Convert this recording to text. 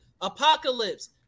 Apocalypse